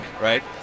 right